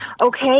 Okay